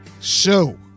show